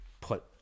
put